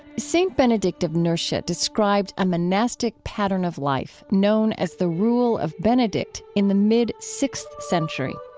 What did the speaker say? st. benedict of nursia described a monastic pattern of life known as the rule of benedict in the mid-sixth century.